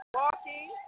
walking